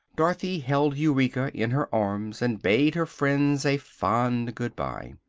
dorothy held eureka in her arms and bade her friends a fond good-bye.